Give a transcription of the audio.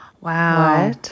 Wow